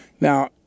Now